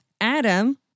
Adam